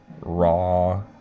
raw